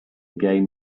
game